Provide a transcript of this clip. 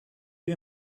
you